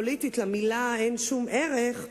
בזירה הפוליטית למלה אין שום ערך,